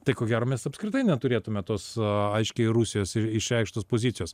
tai ko gero mes apskritai neturėtume tos aiškiai rusijos ir išreikštos pozicijos